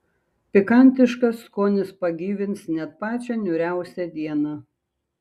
pikantiškas skonis pagyvins net pačią niūriausią dieną